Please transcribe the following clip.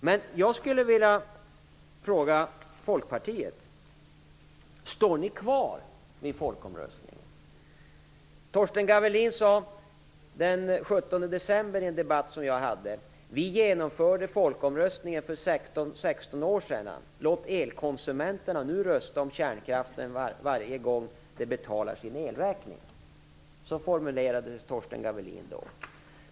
Men jag skulle vilja fråga om Folkpartiet står fast vid folkomröstningsresultatet. Torsten Gavelin sade den 17 december i en debatt med mig: Vi genomförde folkomröstningen för 16 år sedan. Låt elkonsumenterna nu rösta om kärnkraften varje gång de betalar sin elräkning. Så formulerade sig Torsten Gavelin då.